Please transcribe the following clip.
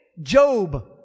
Job